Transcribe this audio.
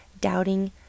doubting